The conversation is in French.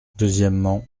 deuxièmement